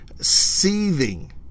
seething